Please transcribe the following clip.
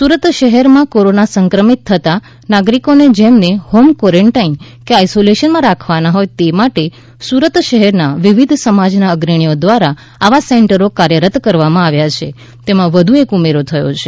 સુરત શહેરમાં કોરોના સંક્રમિત થતા નાગરિકોને જેમને હોમ કોરોન્ટાઇન કે આઇસોલેશનમાં રાખવાના હોય તે માટે સૂરત શહેરના વિવિધ સમાજના અગ્રણીઓ દ્વારા આવા સેન્ટરો કાર્યરત કરવામાં આવ્યા છે તેમાં વધુ એક ઉમેરો થયો છે